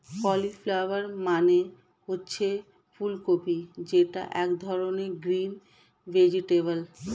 cauliflower মানে হচ্ছে ফুলকপি যেটা এক ধরনের গ্রিন ভেজিটেবল